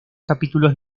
capítulos